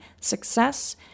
success